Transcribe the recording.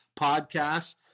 podcasts